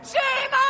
Shame